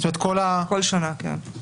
כל שנה, כן.